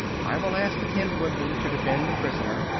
i will ask the tin woodman to defend the prisoner,